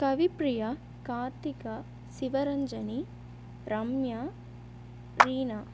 Kavipriya Karthika Sivaranjani Ramya Reena